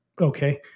okay